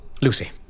Lucy